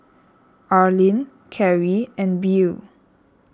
Arlin Carie and Beau